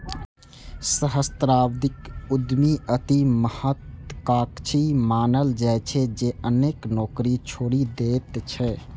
सहस्राब्दी उद्यमी अति महात्वाकांक्षी मानल जाइ छै, जे अनेक नौकरी छोड़ि दैत छै